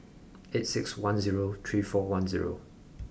eight six one zero three four one zero